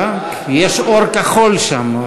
יש אור כחול שם.